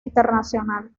internacional